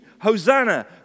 Hosanna